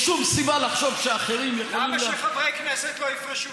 עשית את אותו גיל פרישה גם לרופאים במחלקות,